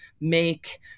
make